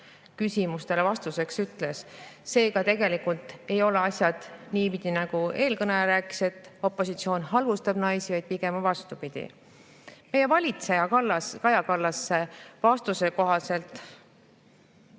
küsimustele vastuseks ütles. Tegelikult ei ole asjad niipidi, nagu eelkõneleja rääkis, et opositsioon halvustab naisi, vaid pigem on vastupidi. Meie valitseja Kaja Kallase vastusest